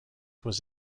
was